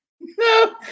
No